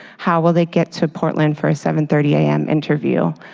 how will they get to portland for a seven thirty a m. interview?